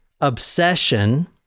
obsession